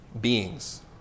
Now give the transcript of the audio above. beings